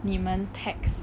你们 text